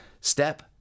Step